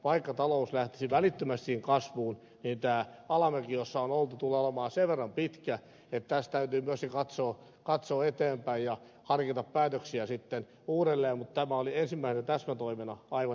vaikka talous lähtisi välittömästikin kasvuun niin tämä alamäki jossa on oltu tulee olemaan sen verran pitkä että tässä täytyy myöskin katsoa eteenpäin ja harkita päätöksiä sitten uudelleen mutta tämä oli ensimmäisenä täsmätoimena aivan erinomainen